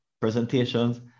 presentations